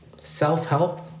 self-help